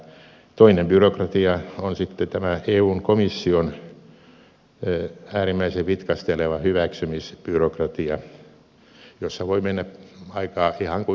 toinen byrokratia on sitten tämä eun komission äärimmäisen vitkasteleva hyväksymisbyrokratia jossa voi mennä aikaa ihan kuinka paljon tahansa